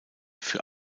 für